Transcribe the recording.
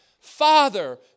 Father